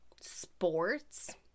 sports